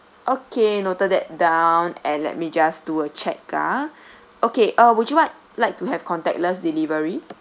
okay noted that down and let me just do a check ah okay uh would you like like to have contactless delivery